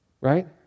right